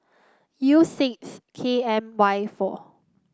U six K M Y four